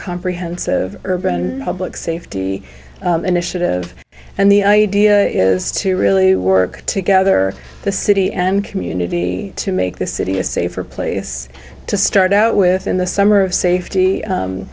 comprehensive urban public safety initiative and the idea is to really work together the city and community to make this city a safer place to start out with in the summer of safety